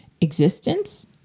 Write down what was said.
existence